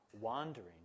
wandering